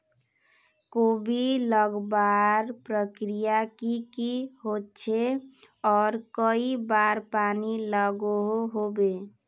कोबी लगवार प्रक्रिया की की होचे आर कई बार पानी लागोहो होबे?